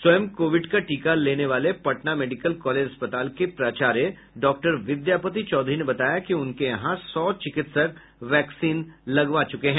स्वयं कोविड का टीका लेने वाले पटना मेडिकल कॉलेज अस्पताल के प्राचार्य डॉक्टर विद्यापति चौधरी ने बताया कि उनके यहां सौ चिकित्सक वैक्सीन लगवा चुके हैं